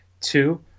two